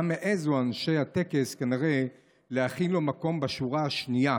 גם העזו אנשי הטקס כנראה להכין לו מקום בשורה השנייה.